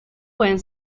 pueden